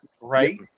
right